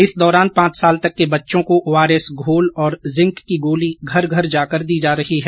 इस दौरान पांच साल तक के बच्चों को ओआरएस घोल और जिंक की गोली घर घर जाकर दी जा रही है